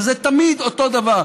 זה תמיד אותו דבר.